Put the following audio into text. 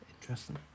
Interesting